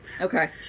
Okay